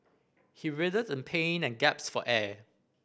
he writhed in pain and gasped for air